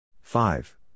Five